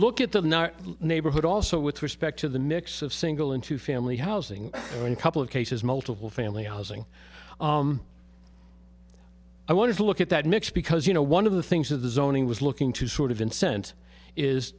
look at the neighborhood also with respect to the mix of single into family housing in a couple of cases multiple family housing i wanted to look at that mix because you know one of the things that the zoning was looking to sort of incense is